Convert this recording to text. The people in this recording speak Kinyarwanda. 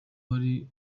wari